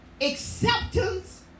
acceptance